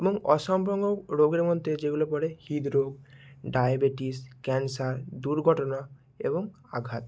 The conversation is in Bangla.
এবং অসংক্রমক রোগের মধ্যে যেগুলো পড়ে হৃদরোগ ডায়বেটিস ক্যান্সার দুর্ঘটনা এবং আঘাত